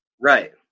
Right